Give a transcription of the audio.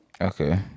Okay